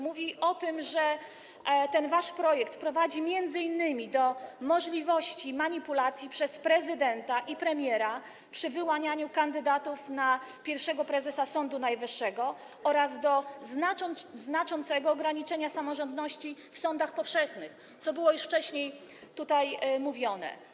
Mówi o tym, że ten wasz projekt prowadzi m.in. do możliwości manipulacji przez prezydenta i premiera przy wyłanianiu kandydatów na pierwszego prezesa Sądu Najwyższego oraz do znaczącego ograniczenia samorządności w sądach powszechnych, co było już wcześniej tutaj mówione.